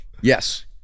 yes